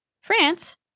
France